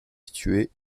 situé